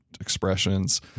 expressions